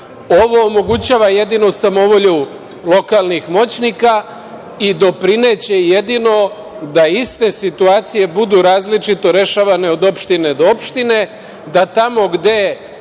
omogućava jedino samovolju lokalnih moćnika i doprineće jedino da iste situacije budu različito rešavane od opštine do opštine, da tamo gde